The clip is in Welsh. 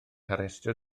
harestio